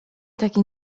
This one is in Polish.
taki